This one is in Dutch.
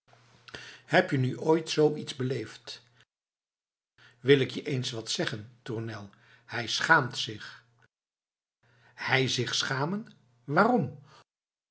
heb je nu ooit zoo iets beleefd wil ik je eens wat zeggen tournel hij schaamt zich hij zich schamen waarom